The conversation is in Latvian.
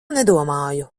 nedomāju